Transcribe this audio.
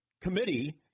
committee